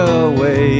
away